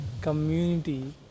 community